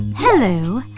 hello.